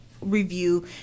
review